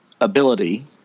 ability